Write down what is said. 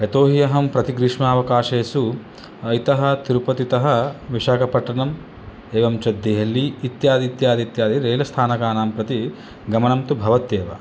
यतोहि अहं प्रतिग्रीष्मावकाशेसु इतः तिरुपतितः विशाकपट्टनम् एवं च देहली इत्यादि इत्यादि इत्यादि रेल्स्थानकानां प्रति गमनं तु भवत्येव